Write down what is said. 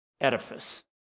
edifice